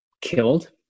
killed